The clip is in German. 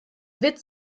witz